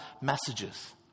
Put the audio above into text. messages